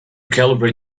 calibrate